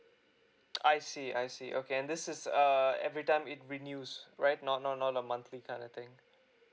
I see I see okay and this is err every time it renews right not not not a monthly kind of thing